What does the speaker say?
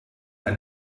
kann